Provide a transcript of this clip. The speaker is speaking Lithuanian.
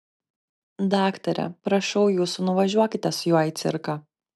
daktare prašau jūsų nuvažiuokite su juo į cirką